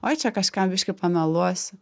oi čia kažką biškį pameluosiu